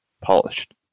polished